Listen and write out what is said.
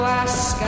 ask